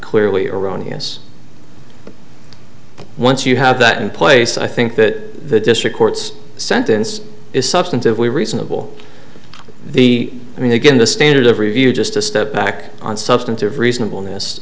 clearly erroneous but once you have that in place i think that the district court's sentence is substantively reasonable the i mean again the standard of review just a step back on substantive reasonable